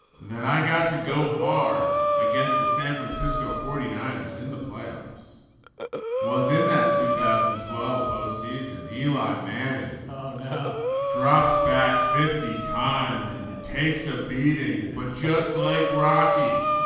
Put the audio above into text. that i got to go hard against the san francisco forty nine ers in the playoffs was in that two thousand and twelve postseason. eli manning ah now drops back fifty times and takes a beating. but just like rocky